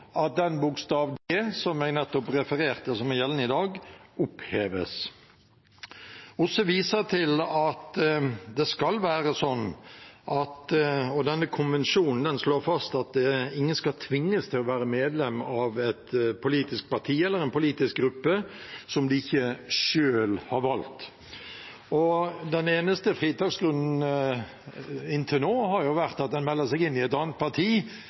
Bokstav d, som jeg nettopp refererte, og som er gjeldende i dag, foreslås da opphevet. Konvensjonen slår fast at ingen skal tvinges til å være medlem av et politisk parti eller en politisk gruppe som man ikke selv har valgt. Den eneste fritaksgrunnen inntil nå har vært at man melder seg inn i et annet parti